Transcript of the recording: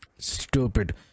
stupid